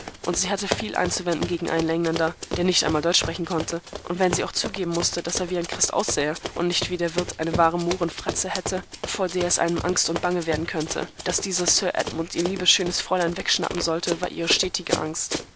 und sie hatte viel einzuwenden gegen einen engländer der nicht einmal deutsch sprechen konnte wenn sie auch zugeben mußte daß er wie ein christ aussähe und nicht wie der wirt eine wahre mohrenfratze hätte vor der es einem angst und bange werden könnte daß dieser sir edmund ihr liebes schönes fräulein wegschnappen solle war ihre stetige angst